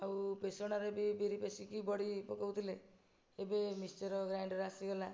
ଆଉ ପେସଣା ରେ ବି ବିରି ପେଷିକି ବଡ଼ି ପକଉଥିଲେ ଏବେ ମିକ୍ସଚର ଗ୍ରାଇଣ୍ଡର ଆସିଗଲା